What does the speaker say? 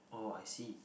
oh I see